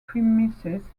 premises